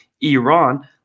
Iran